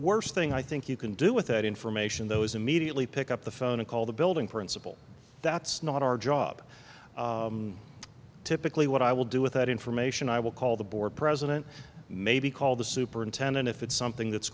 worst thing i think you can do with that information though is immediately pick up the phone and call the building principal that's not our job typically what i will do with that information i will call the board president maybe call the superintendent if it's something that's